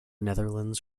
netherlands